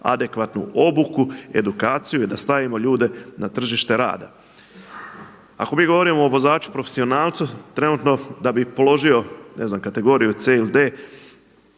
adekvatnu obuku, edukaciju i da stavimo ljude na tržište rada. Ako mi govorimo o vozaču profesionalcu, trenutno da bi položio, ne znam kategoriju C ili D